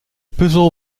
puzzel